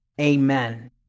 Amen